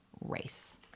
race